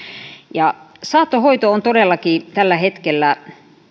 saattohoito on todellakin tällä hetkellä